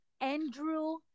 andrew